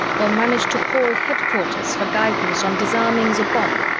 or manage to call headquarters for guidance on disarming the bomb,